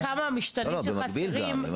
במקביל גם.